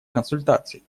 консультаций